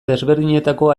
desberdinetako